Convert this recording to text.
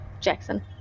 Jackson